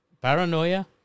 Paranoia